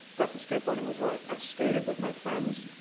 that's what skateboarding was like. i skated with my friends.